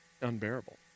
unbearable